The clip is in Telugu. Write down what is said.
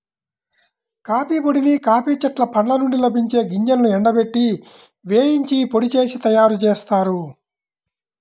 కాఫీ పొడిని కాఫీ చెట్ల పండ్ల నుండి లభించే గింజలను ఎండబెట్టి, వేయించి పొడి చేసి తయ్యారుజేత్తారు